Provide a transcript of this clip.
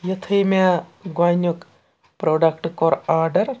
یُتھُے مےٚ گۄڈنیُک پرٛوڈَکٹ کوٚر آرڈَر